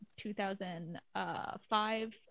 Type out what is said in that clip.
2005